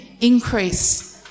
increase